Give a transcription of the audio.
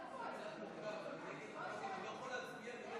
זה מסובך, אני נגד, אבל אני לא יכול להצביע.